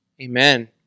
Amen